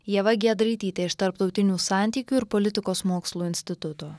ieva giedraitytė iš tarptautinių santykių ir politikos mokslų instituto